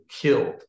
killed